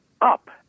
Up